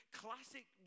classic